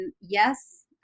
Yes